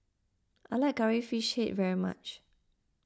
I like Curry Fish Head very much